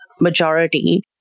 majority